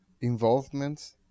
involvement